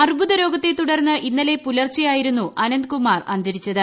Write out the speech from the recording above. അർബുദരോഗത്തെ തുടർന്ന് ഇന്നലെ പുലർച്ചെയായിരുന്നു അനന്ത്കുമാർ അന്തരിച്ചത്